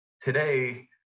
today